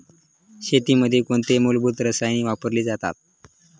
शेतीमध्ये कोणती मूलभूत रसायने वापरली जातात?